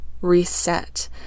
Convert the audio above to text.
reset